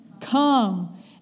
come